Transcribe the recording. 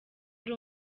ari